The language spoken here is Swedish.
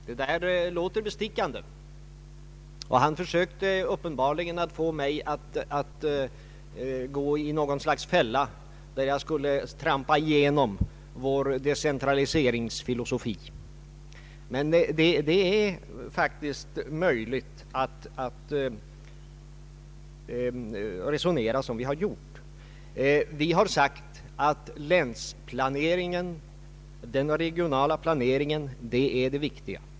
Det låter bestickande, och han försökte uppenbarligen få mig att gå i något slags fälla där jag skulle trampa igenom golvet i vår decentraliseringsfilosofi. Men det är faktiskt möjligt att resonera som vi har gjort. Vi har sagt att länsplaneringen, den regionala planeringen, är det viktiga.